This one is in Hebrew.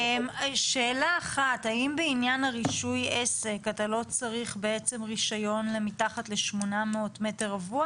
האם כשאתה צריך לרשום את מועדוני